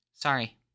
Sorry